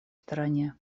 стороне